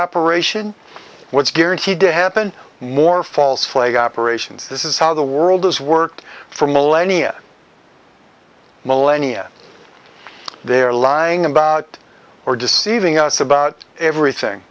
operation what's guaranteed to happen more false flag operations this is how the world has worked for millennia millennia they're lying about or deceiving us about everything